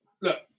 Look